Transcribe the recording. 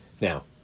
Now